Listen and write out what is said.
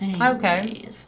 okay